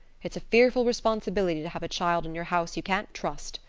it's a fearful responsibility to have a child in your house you can't trust.